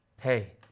Hey